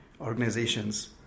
organizations